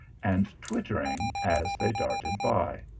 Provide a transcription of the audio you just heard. and twittering as they darted by.